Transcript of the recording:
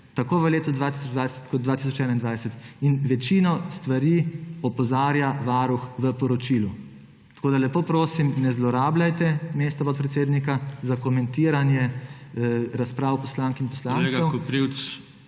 tako v letu 2020 kot v 2021 in na večino stvari opozarja Varuh v poročilu. Tako da lepo prosim, ne zlorabljajte mesta podpredsednika za komentiranje razprav poslank in poslancev.